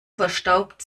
verstaubt